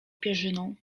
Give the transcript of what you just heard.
pierzyną